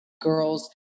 girls